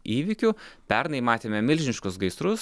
įvykių pernai matėme milžiniškus gaisrus